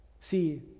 See